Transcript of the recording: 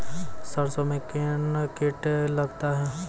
सरसों मे कौन कीट लगता हैं?